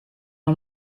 una